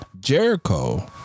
Jericho